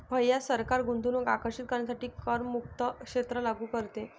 भैया सरकार गुंतवणूक आकर्षित करण्यासाठी करमुक्त क्षेत्र लागू करते